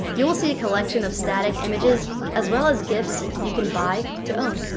you will see a collection of static images, as well as gif's you can buy to own.